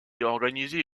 organisé